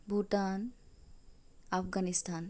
Bhutan Afghanistan